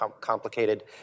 complicated